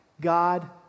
God